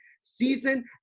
season